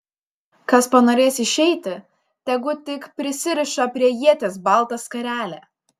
kas panorės išeiti tegu tik prisiriša prie ieties baltą skarelę